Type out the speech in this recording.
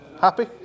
Happy